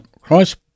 Christ